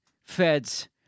feds